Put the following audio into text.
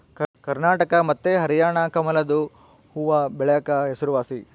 ಕರ್ನಾಟಕ ಮತ್ತೆ ಹರ್ಯಾಣ ಕಮಲದು ಹೂವ್ವಬೆಳೆಕ ಹೆಸರುವಾಸಿ